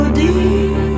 deep